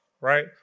right